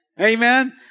Amen